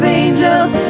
angels